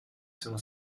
sono